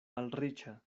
malriĉa